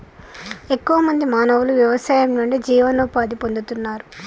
ఎక్కువ మంది మానవులు వ్యవసాయం నుండి జీవనోపాధి పొందుతున్నారు